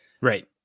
right